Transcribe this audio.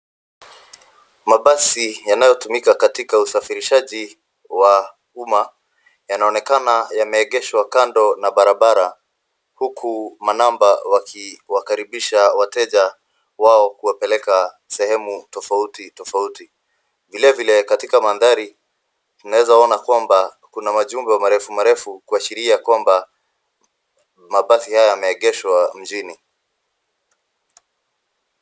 Mabasi yanayotumika katika usafirishaji wa umma, yanaonekana yameegeshwa kando na barabara, huku manamba wakiwakaribisha wateja wao, kuwapeleka sehemu tofauti tofauti. Vilevile katika mandhari, tunaeza ona kwamba kuna majumba marefu marefu kuashiria kwamba, mabasi haya yameegeshwa mjini.